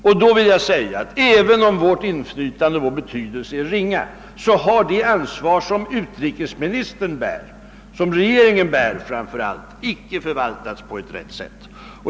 Och då vill jag säga att även om vårt inflytande, vår betydelse, är ringa, så har det ansvar som utrikesministern och hela regeringen bär icke förvaltats på ett riktigt sätt.